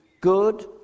good